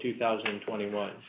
2021